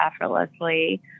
effortlessly